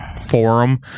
forum